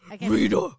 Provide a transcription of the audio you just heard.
Reader